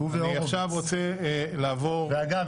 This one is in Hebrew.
אגב,